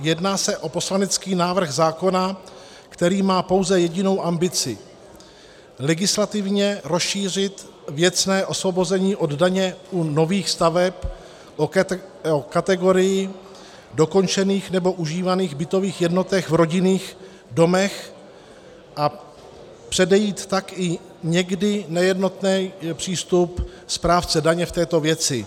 Jedná se o poslanecký návrh zákona, který má pouze jedinou ambici legislativně rozšířit věcné osvobození od daně u nových staveb o kategorii dokončených nebo užívaných bytových jednotek v rodinných domech a předejít tak někdy i nejednotnému přístupu správce daně v této věci.